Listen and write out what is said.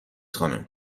خانم